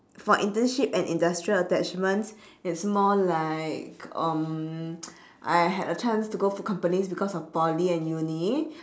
for internship and industrial attachments it's more like um I had a chance to go for companies because of poly and uni